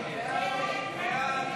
נתקבל.